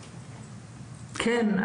כן,